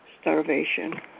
starvation